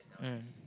mm